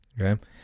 Okay